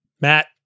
Matt